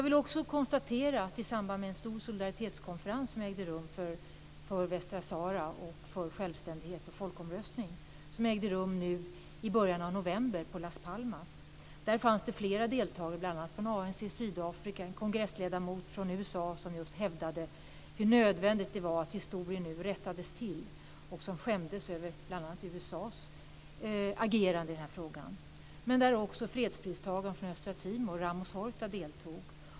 Vid en stor solidaritetskonferens för Västsahara och för självständighet och folkomröstning, som ägde rum i början av november i Las Palmas, fanns det flera deltagare, bl.a. från ANC i Sydafrika och en kongressledamot från USA som just hävdade hur nödvändigt det är att historien nu rättas till och som skämdes över bl.a. USA:s agerande i denna fråga. Också fredspristagaren från Östtimor, Ramos-Horta, deltog.